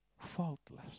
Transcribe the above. faultless